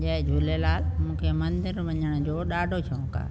जय झूलेलाल मूंखे मंदिर वञण जो ॾाढो शौंक़ु आहे